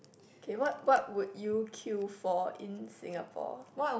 okay what what would you queue for in Singapore